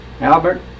Albert